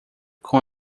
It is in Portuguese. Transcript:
com